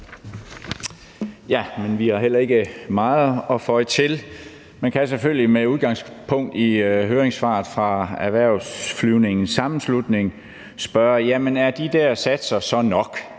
(EL): Vi har heller ikke meget at føje til. Man kan selvfølgelig med udgangspunkt i høringssvaret fra Erhvervsflyvningens Sammenslutning spørge: Er de der satser så nok